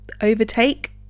overtake